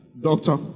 Doctor